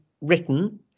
written